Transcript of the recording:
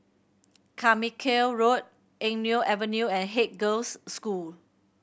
Carmichael Road Eng Neo Avenue and Haig Girls' School